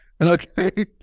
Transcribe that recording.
Okay